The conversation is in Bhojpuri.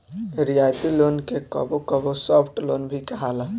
रियायती लोन के कबो कबो सॉफ्ट लोन भी कहाला